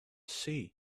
sea